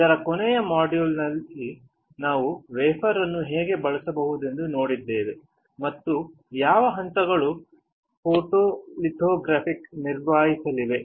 ಇದರ ಕೊನೆಯ ಮಾಡ್ಯೂಲ್ನಲ್ಲಿ ನಾವು ವೇಫರ್ ಅನ್ನು ಹೇಗೆ ಬಳಸಬಹುದೆಂದು ನೋಡಿದ್ದೇವೆ ಮತ್ತು ಯಾವ ಹಂತಗಳು ಫೋಟೊಲಿಥೊಗ್ರಫಿ ನಿರ್ವಹಿಸಲಿವೆ